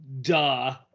duh